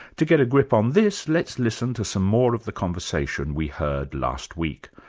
to get a grip on this, let's listen to some more of the conversation we heard last week.